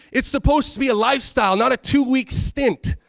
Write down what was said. it's supposed to be a lifestyle, not a two-week stint.